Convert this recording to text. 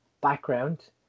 background